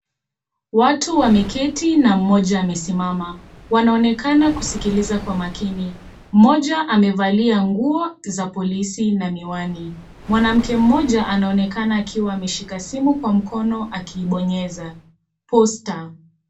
Watu wameketi na mmoja amesimama. Wanaonekana kusikiliza kwa makini. Mmoja amevalia nguo za polisi na miwani. Mwanamke mmoja anaonekana akiwa ameshika simu kwa mkono akiibonyeza. Posta .